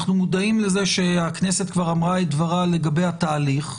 אנחנו מודעים לזה שהכנסת כבר אמרה את דברה לגבי התהליך.